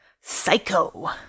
Psycho